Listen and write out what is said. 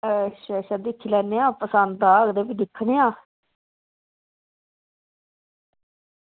अच्छा अच्छा दिक्खी लैन्ने आं पसंद आह्ग ते फ्ही दिक्खने आं